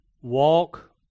walk